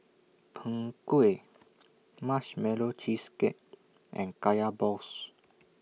Png Kueh Marshmallow Cheesecake and Kaya Balls